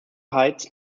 heights